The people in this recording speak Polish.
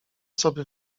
sobie